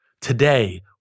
Today